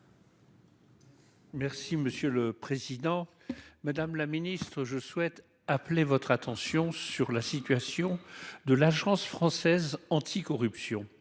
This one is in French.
Merci, monsieur le Président Madame la Ministre je souhaite appeler votre attention sur la situation de l'Agence française anticorruption,